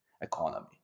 economy